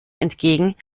entgegen